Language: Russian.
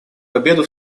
победу